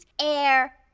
Air